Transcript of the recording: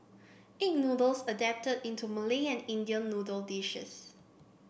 egg noodles adapted into Malay and Indian noodle dishes